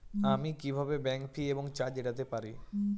আমি কিভাবে bank fee এবং চার্জ এড়াতে পারি?